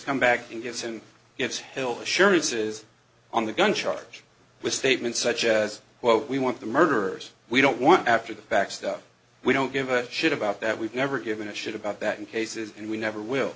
come back and get him it's hell assurances on the gun charge with statements such as what we want the murderers we don't want after the facts that we don't give a shit about that we've never given a shit about that in cases and we never will